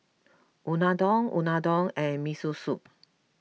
Unadon Unadon and Miso Soup